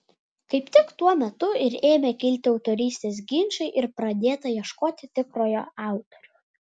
kaip tik tuo metu ir ėmė kilti autorystės ginčai ir pradėta ieškoti tikrojo autoriaus